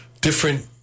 different